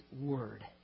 word